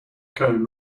cone